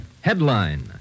Headline